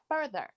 further